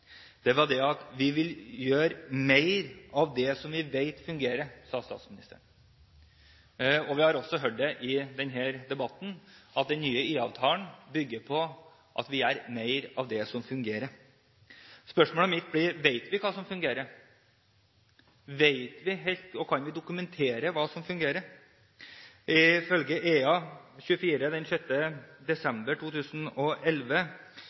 Vi vil gjøre mer av det vi vet fungerer, sa statsministeren. Vi har også hørt det i denne debatten, at den nye IA-avtalen bygger på at vi gjør mer av det som fungerer. Spørsmålet mitt blir: Vet vi hva som fungerer? Vet vi helt hva, og kan vi dokumentere hva som fungerer? Ifølge E24 den